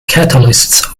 catalysts